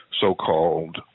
so-called